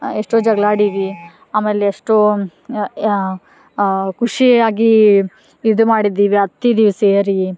ಎಷ್ಟೋ ಜಗಳ ಆಡೀವಿ ಆಮೇಲೆ ಎಷ್ಟೋ ಖುಷಿಯಾಗಿ ಇದು ಮಾಡಿದ್ದೀವಿ ಅತ್ತಿದ್ದೀವಿ ಸೇರಿ